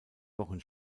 wochen